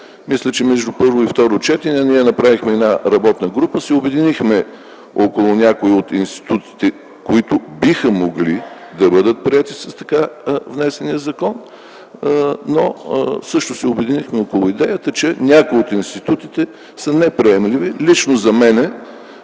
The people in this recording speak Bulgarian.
месеци. Има спорни моменти. Ние направихме една работна група и се обединихме около някои от институтите, които биха могли да бъдат приети с така внесения законопроект, но също се обединихме около идеята, че някои от институтите са неприемливи. Тук беше